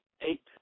eight